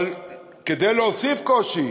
כדי להוסיף קושי,